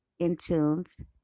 intunes